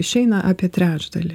išeina apie trečdalį